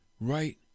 right